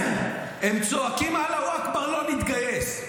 כן, הם צועקים: אללה אכבר, לא נתגייס.